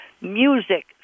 music